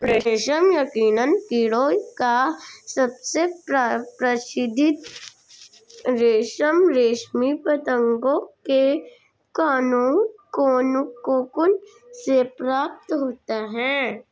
रेशम यकीनन कीड़ों का सबसे प्रसिद्ध रेशम रेशमी पतंगों के कोकून से प्राप्त होता है